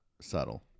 subtle